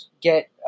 get